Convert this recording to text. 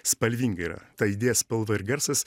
spalvinga yra ta idėja spalva ir garsas